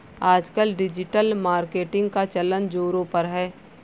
आजकल digital marketing का चलन ज़ोरों पर है